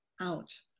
out